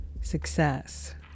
success